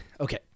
okay